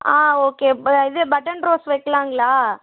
ஆ okay இது button rose வைக்கலாங்களா